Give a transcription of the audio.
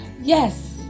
Yes